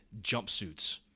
jumpsuits